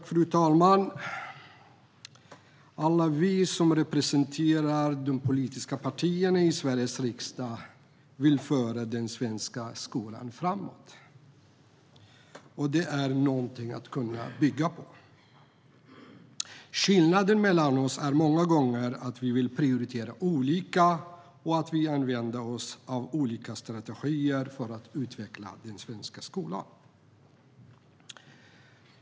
Fru talman! Alla vi som representerar de politiska partierna i Sveriges riksdag vill föra den svenska skolan framåt. Det är någonting att bygga på. Skillnaden mellan oss är många gånger att vi vill prioritera olika och att vi använder oss av olika strategier för att utveckla den svenska skolan.